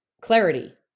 clarity